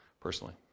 personally